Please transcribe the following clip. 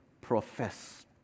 profess